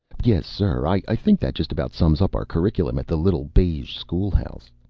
yes, sir, i think that just about sums up our curriculum at the little beige schoolhouse.